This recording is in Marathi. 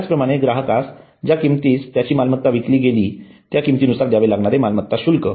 त्याचप्रमाणे ग्राहकास ज्या किमतीस त्याची मालमत्ता विकली गेली त्या किमतीनुसार द्यावे लागणारे मालमत्ता शुल्क